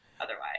otherwise